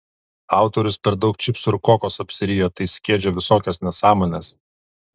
autorius per daug čipsų ir kokos apsirijo tai skiedžia visokias nesąmones